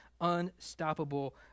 unstoppable